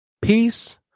peace